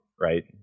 right